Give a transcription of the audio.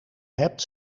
hebt